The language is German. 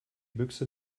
büchse